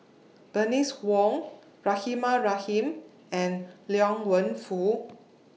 Bernice Wong Rahimah Rahim and Liang Wenfu